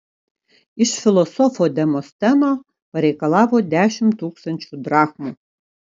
iš filosofo demosteno pareikalavo dešimt tūkstančių drachmų